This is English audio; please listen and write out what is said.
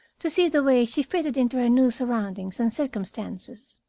to see the way she fitted into her new surroundings and circumstances.